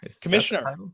Commissioner